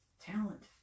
talent